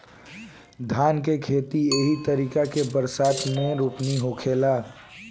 धान के खेती एही तरीका के बरसात मे रोपनी होखेला